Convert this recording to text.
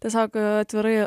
tiesiog atvirai